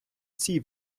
цій